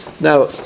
now